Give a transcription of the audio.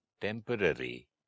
temporary